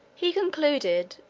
he concluded,